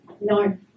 no